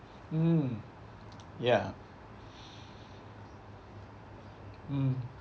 mm ya mm